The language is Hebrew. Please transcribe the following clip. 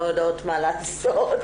לא יודעות מה לעשות,